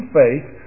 faith